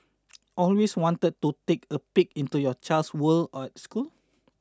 always wanted to take a peek into your child's world at school